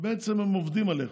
שבעצם הם עובדים עליך.